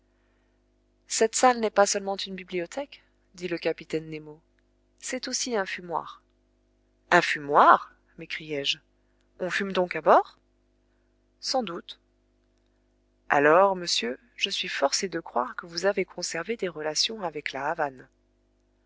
cette salle n'est pas seulement une bibliothèque dit le capitaine nemo c'est aussi un fumoir un fumoir m'écriai-je on fume donc à bord sans doute alors monsieur je suis forcé de croire que vous avez conservé des relations avec la havane